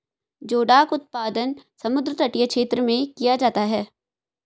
जोडाक उत्पादन समुद्र तटीय क्षेत्र में किया जाता है